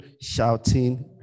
shouting